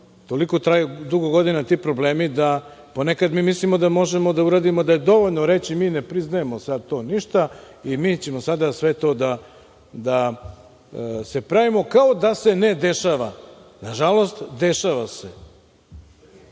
toliko dugo godina traju ti problemi da ponekad mi mislimo da možemo da uradimo, da je dovoljno reći mi ne priznajemo sad to ništa i mi ćemo sada sve to da se pravimo kao da se ne dešava. Nažalost, dešava